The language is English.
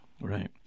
right